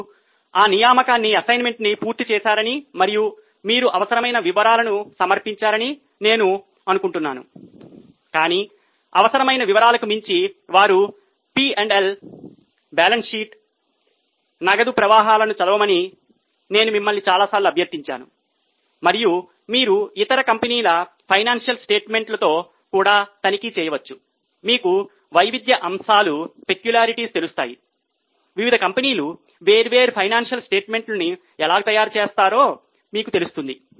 మీరు ఆ నియామకాన్ని తెలుస్తాయి వివిధ కంపెనీలు వేర్వేరు ఫైనాన్షియల్ స్టేట్మెంట్లను ఎలా తయారు చేస్తాయో మీకు తెలుస్తుంది